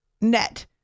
net